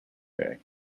day